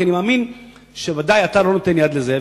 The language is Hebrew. כי אני מאמין שבוודאי אתה לא נותן יד לזה,